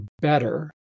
better